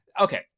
Okay